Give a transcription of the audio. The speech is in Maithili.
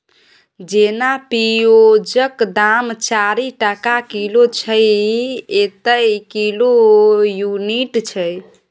जेना पिओजक दाम चारि टका किलो छै एतय किलो युनिट छै